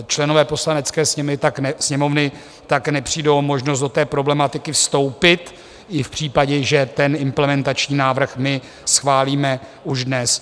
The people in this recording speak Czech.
Členové Poslanecké sněmovny tak nepřijdou o možnost do problematiky vstoupit i v případě, že ten implementační návrh my schválíme už dnes.